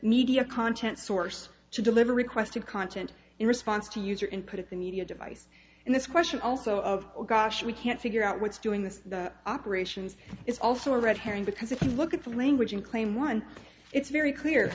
media content source to deliver requested content in response to user input at the media device and this question also of gosh we can't figure out what's doing the operations is also a red herring because if you look at the language in claim one it's very clear